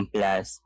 Plus